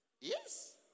Yes